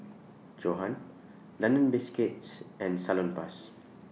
Johan London Biscuits and Salonpas